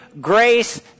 grace